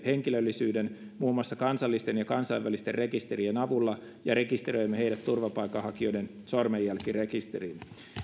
henkilöllisyyden muun muassa kansallisten ja kansainvälisten rekisterien avulla ja rekisteröimme heidät turvapaikanhakijoiden sormenjälkirekisteriin